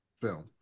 film